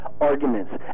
arguments